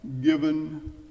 given